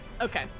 Okay